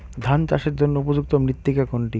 ধান চাষের জন্য উপযুক্ত মৃত্তিকা কোনটি?